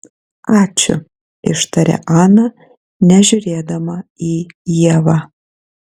ačiū ištarė ana nežiūrėdama į ievą